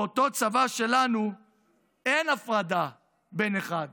באותו צבא שלנו אין הפרדה בין אחד לשני,